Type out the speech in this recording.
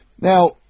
Now